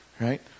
right